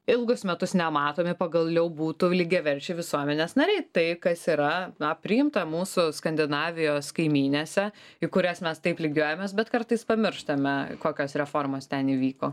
ilgus metus nematomi pagaliau būtų lygiaverčiai visuomenės nariai tai kas yra na priimta mūsų skandinavijos kaimynėse į kurias mes taip lygiuojamės bet kartais pamirštame kokios reformos ten įvyko